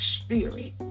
spirit